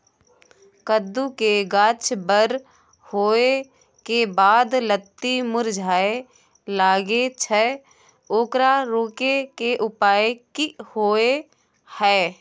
कद्दू के गाछ बर होय के बाद लत्ती मुरझाय लागे छै ओकरा रोके के उपाय कि होय है?